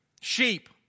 Sheep